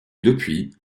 depuis